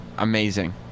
Amazing